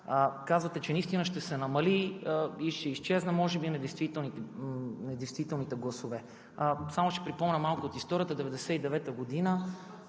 Казвате, че наистина ще се намалят и ще изчезнат може би недействителните гласове. Само ще припомня малко от историята – през 1999 г. на